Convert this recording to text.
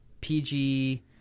PG